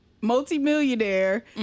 multimillionaire